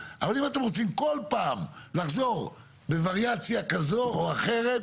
אבל אם אתם רוצים כל פעם לחזור בווריאציה כזו או אחרת,